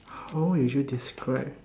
how would you describe